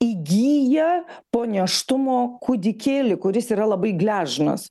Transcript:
įgyja po nėštumo kūdikėlį kuris yra labai gležnas